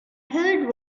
heard